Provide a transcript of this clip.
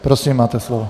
Prosím máte slovo.